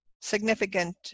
significant